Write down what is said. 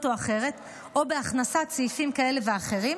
או אחרת או בהכנסת סעיפים כאלה ואחרים,